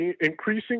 increasing